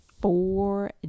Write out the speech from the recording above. four